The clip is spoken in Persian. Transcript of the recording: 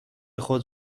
خود